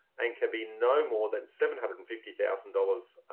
and can be no more than seven hundred and fifty thousand dollars.